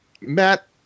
Matt